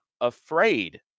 afraid